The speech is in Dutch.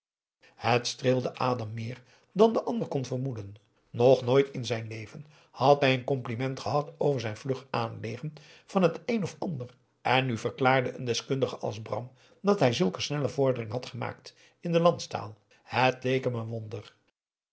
het streelde adam meer dan de ander kon vermoeden nog nooit in zijn leven had hij een compliment gehad over zijn vlug aanleeren van het een of ander en nu verklaarde een deskundige als bram dat hij zulke snelle vorderingen had gemaakt in de landstaal het leek hem een wonder